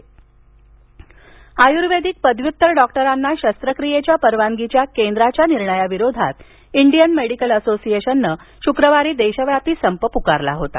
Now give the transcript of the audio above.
IMA बंद आयूर्वेदिक पदव्युत्तर डॉक्टरांना शस्त्रक्रियेच्या परवानगीच्या केंद्राच्या निर्णयाविरोधात इंडियन मेडिकल असोसिएशनने शुक्रवारी देशव्यापी संप प्रकारला होता